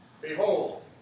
behold